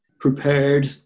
prepared